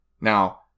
Now